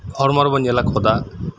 ᱦᱚᱲᱢᱚ ᱨᱮᱵᱩᱱ ᱧᱮᱞᱟ ᱠᱷᱚᱫᱟ